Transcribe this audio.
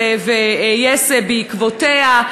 ו-yes בעקבותיה.